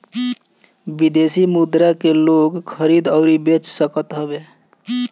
विदेशी मुद्रा के लोग खरीद अउरी बेच सकत हवे